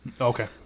Okay